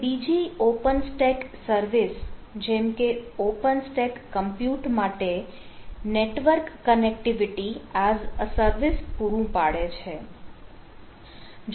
તે બીજી open stack service જેમકે ઓપન સ્ટેક કમ્પ્યુટ માટે network connectivity as a service પૂરું પાડે છે